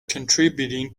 contributing